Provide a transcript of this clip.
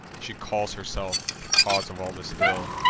she calls herself the cause of all this ill,